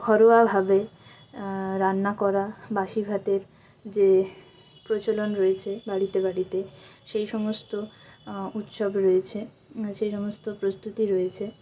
ঘরোয়াভাবে রান্না করা বাসি ভাতের যে প্রচলন রয়েছে বাড়িতে বাড়িতে সেই সমস্ত উৎসব রয়েছে সেই সমস্ত প্রস্তুতি রয়েছে